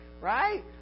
right